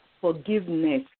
forgiveness